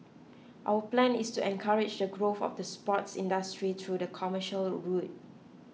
our plan is to encourage the growth of the sports industry through the commercial route